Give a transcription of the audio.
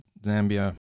Zambia